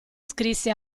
scrisse